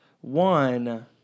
One